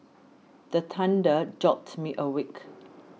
the thunder jolt me awake